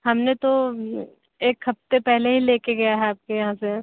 हमने तो एक हफ्ते पहले ही लेके गए आपके यहां से